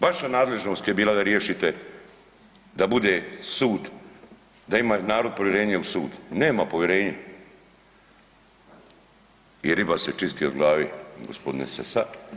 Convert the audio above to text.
Vaša nadležnost je bila da riješite da bude sud, da ima narod povjerenje u sud, nema povjerenje i riba se čisti od glave gospodine Sessa.